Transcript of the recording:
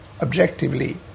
objectively